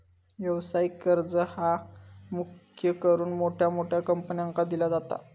व्यवसायिक कर्ज ह्या मुख्य करून मोठ्या मोठ्या कंपन्यांका दिला जाता